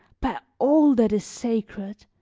by all that is sacred,